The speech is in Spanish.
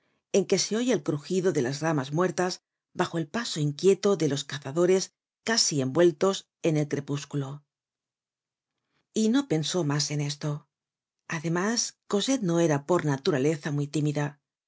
en que se oye el crugido de las ramas muertas bajo el paso inquieto de los cazadores casi envueltos en el crepúsculo y no pensó mas en esto además cosette no era por naturaleza muy tímida